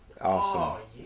Awesome